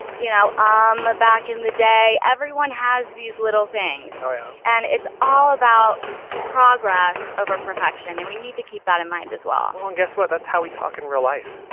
you know, um, back in the day, everyone has these little things yeah and it's all about progress over perfection and we need to keep that in mind as well. oh and guess what? that's how we talk in real life.